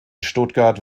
stuttgart